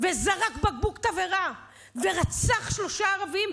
וזרק בקבוק תבערה ורצח שלושה ערבים,